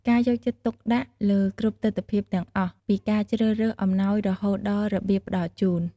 ការយកចិត្តទុកដាក់លើគ្រប់ទិដ្ឋភាពទាំងអស់ ពីការជ្រើសរើសអំណោយរហូតដល់របៀបផ្តល់ជូន។